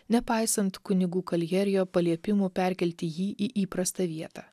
nepaisant kunigų kaljerijo paliepimų perkelti jį į įprastą vietą